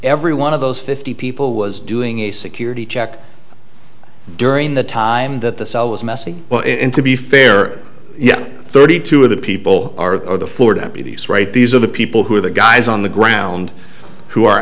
every one of those fifty people was doing a security check during the time that the cell was messy to be fair yeah thirty two of the people are the florida keys right these are the people who are the guys on the ground who are